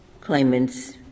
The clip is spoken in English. claimants